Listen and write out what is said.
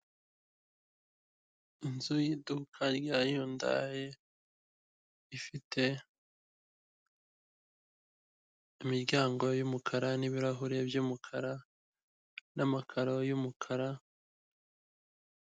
Inzu y'iduka rya Yundayi ifite imiryango y'umukara n'ibirahuri by'umukara n'amakaro y'umukara.